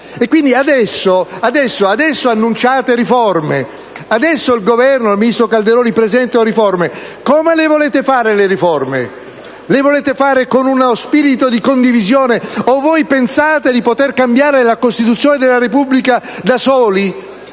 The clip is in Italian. Quindi, adesso annunciate riforme! Adesso il Governo, e il ministro Calderoli, presentano riforme. Ma come volete farle le riforme? Con uno spirito di condivisione, oppure pensate di poter cambiare la Costituzione della Repubblica da soli?